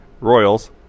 Royals